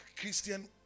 Christian